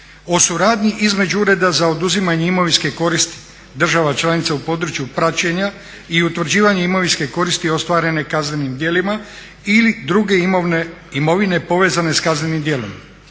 suradnji između Ureda za oduzimanje imovinske koristi država članica u području praćenja i utvrđivanja imovinske koristi ostvarene kaznenim djelima ili druge imovine povezane s kaznenim djelom.